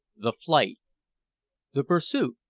the flight the pursuit